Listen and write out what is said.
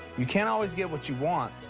you can't always get what you want,